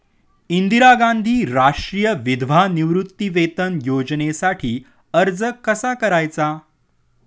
इंदिरा गांधी राष्ट्रीय विधवा निवृत्तीवेतन योजनेसाठी अर्ज कसा करायचा?